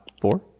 Four